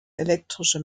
elektrische